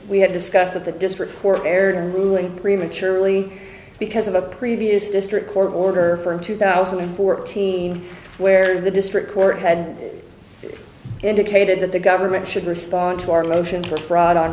we had discussed that the district where aired a ruling prematurely because of a previous district court order from two thousand and fourteen where the district court had indicated that the government should respond to our motion for fraud on